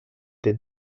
des